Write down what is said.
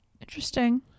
Interesting